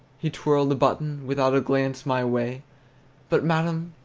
he twirled a button, without a glance my way but, madam,